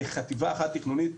כחטיבה אחת תכנונית,